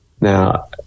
now